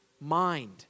mind